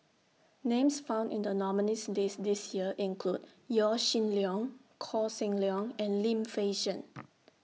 Names found in The nominees' list This Year include Yaw Shin Leong Koh Seng Leong and Lim Fei Shen